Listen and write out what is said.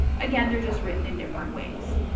again, they're just written in different ways.